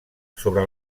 sobre